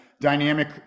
dynamic